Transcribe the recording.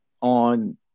on